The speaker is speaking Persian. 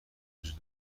وجود